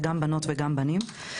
זה גם בנות וגם בנים.